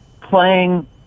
playing